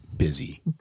busy